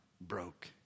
broke